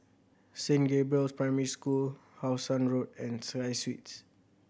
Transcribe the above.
Saint Gabriel's Primary School How Sun Road and Sky Suites